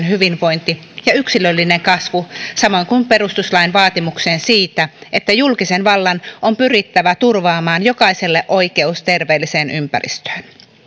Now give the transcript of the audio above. hyvinvointi ja yksilöllinen kasvu samoin kuin perustuslain vaatimukseen siitä että julkisen vallan on pyrittävä turvaamaan jokaiselle oikeus terveelliseen ympäristöön